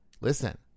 Listen